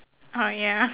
orh ya